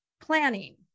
planning